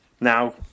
now